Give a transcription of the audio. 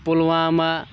Pulwama